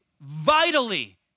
vitally